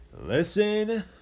Listen